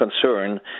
concern